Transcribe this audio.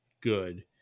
good